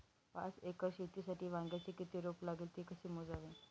पाच एकर शेतीसाठी वांग्याचे किती रोप लागेल? ते कसे मोजावे?